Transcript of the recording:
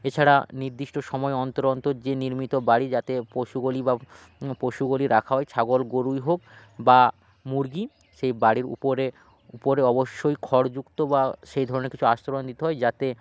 এছাড়া নির্দিষ্ট সময় অন্তর অন্তর যে নির্মিত বাড়ি যাতে পশুগলি বা পশুগলি রাখা হয় ছাগল গরুই হোক বা মুরগি সেই বাড়ির উপরে উপরে অবশ্যই খর যুক্ত বা সেই ধরনের কিছু আস্তরণ দিতে হয় যাতে